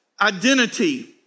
identity